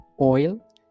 oil